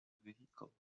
vehicle